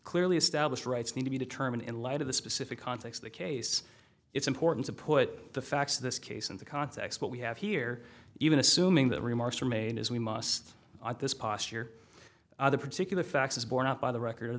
clearly established rights need to be determined in light of the specific context the case it's important to put the facts of this case into context but we have here even assuming the remarks were made as we must at this posture other particular facts is borne out by the record of